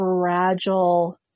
fragile